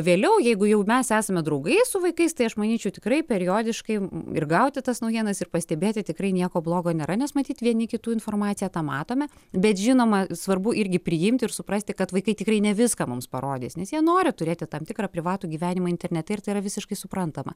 vėliau jeigu jau mes esame draugais su vaikais tai aš manyčiau tikrai periodiškai ir gauti tas naujienas ir pastebėti tikrai nieko blogo nėra nes matyt vieni kitų informaciją tą matome bet žinoma svarbu irgi priimti ir suprasti kad vaikai tikrai ne viską mums parodys nes jie nori turėti tam tikrą privatų gyvenimą internete ir tai yra visiškai suprantama